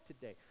today